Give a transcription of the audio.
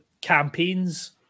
campaigns